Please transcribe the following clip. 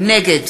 נגד